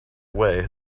way